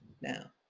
now